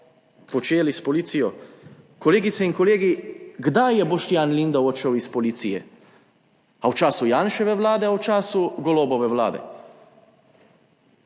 počeli s policijo. Kolegice in kolegi, kdaj je Boštjan Lindav odšel iz policije? A v času Janševe vlade ali v času Golobove vlade?